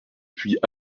puis